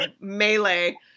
melee